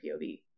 POV